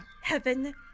Heaven